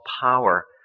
power